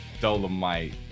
Dolomite